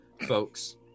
folks